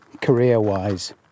career-wise